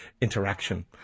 interaction